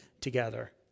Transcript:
together